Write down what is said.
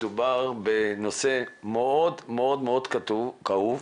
מדובר בנושא מאוד כאוב,